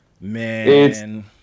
man